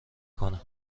کنه